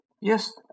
Yes